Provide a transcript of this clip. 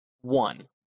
one